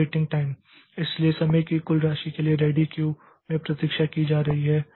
फिर waiting time इसलिए समय की कुल राशि के लिए रेडी क्यू में प्रतीक्षा की जा रही है